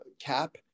cap